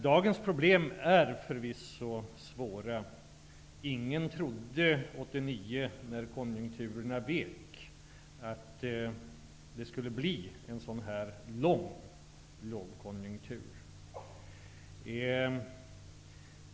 Dagens problem är förvisso svåra. Ingen trodde 1989, när konjunkturen vek, att det skulle bli en så lång lågkonjunktur.